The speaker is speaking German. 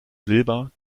silber